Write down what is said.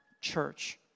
church